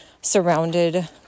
surrounded